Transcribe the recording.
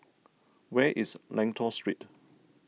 where is Lentor Street